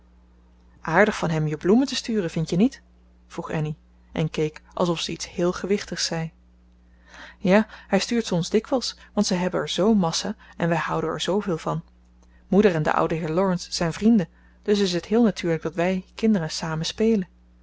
aardig van hem je bloemen te sturen vind je niet vroeg annie en keek alsof ze iets heel gewichtigs zei ja hij stuurt ze ons dikwijls want zij hebben er zoo'n massa en wij houden er zooveel van moeder en de oude heer laurence zijn vrienden dus is het heel natuurlijk dat wij kinderen samen spelen